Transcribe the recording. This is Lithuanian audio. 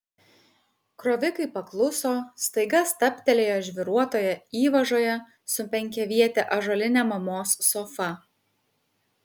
krovikai pakluso staiga stabtelėjo žvyruotoje įvažoje su penkiaviete ąžuoline mamos sofa